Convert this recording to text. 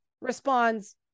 responds